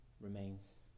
remains